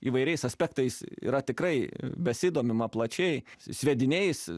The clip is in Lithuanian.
įvairiais aspektais yra tikrai besidomima plačiai sviediniais